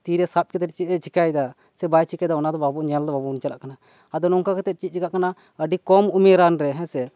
ᱛᱤᱨᱮ ᱥᱟᱵ ᱠᱟᱛᱮᱫ ᱪᱮᱫ ᱮ ᱪᱮᱠᱟᱭᱮᱜᱼᱟ ᱥᱮ ᱵᱟᱭ ᱪᱤᱠᱟᱹᱭᱮᱫᱟ ᱚᱱᱟ ᱫᱚ ᱧᱮᱞ ᱫᱚ ᱵᱟᱵᱚᱱ ᱪᱟᱞᱟᱜ ᱠᱟᱱᱟ ᱟᱫᱚ ᱱᱚᱝᱠᱟ ᱠᱟᱛᱮᱫ ᱪᱮᱫ ᱪᱤᱠᱟᱜ ᱠᱟᱱᱟ ᱟᱹᱰᱤ ᱠᱚᱢ ᱩᱢᱮᱨᱟᱱ ᱨᱮ ᱦᱮᱸ ᱥᱮ